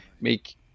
make